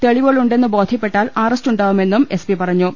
തെളിവുകളുണ്ടെന്നു ബോധ്യപ്പെട്ടാൽ അറസ്റ്റുണ്ടാവുമെന്നും S P പറ ഞ്ഞു